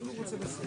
שלום,